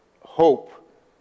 hope